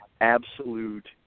absolute